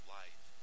life